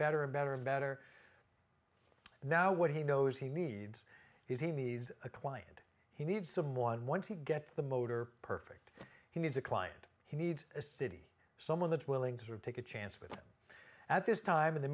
better and better and better now what he knows he needs is he needs a client he needs someone one to get the motor perfect he needs a client he needs a city someone that willing to take a chance but at this time in the